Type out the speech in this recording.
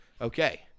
Okay